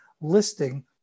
listing